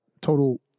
total